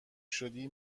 شدی